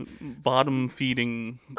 bottom-feeding